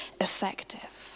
effective